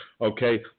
okay